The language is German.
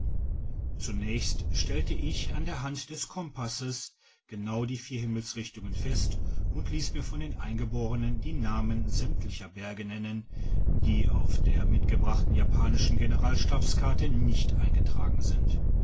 zunächst stellte ich an der hand des kompasses genau die vier himmelsrichtungen fest und liess mir von den eingeborenen die namen sämtlicher berge nennen die auf der mitgebrachten japanischen generalstabskarte nicht eingetragen sind